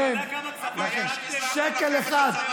אתה יודע כמה כספים, שקל אחד.